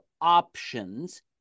options